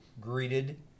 greeted